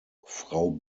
frau